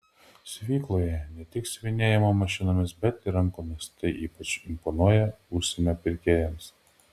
siuvykloje ne tik siuvinėjama mašinomis bet ir rankomis tai ypač imponuoja užsienio pirkėjams